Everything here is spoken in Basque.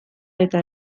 eta